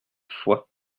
fois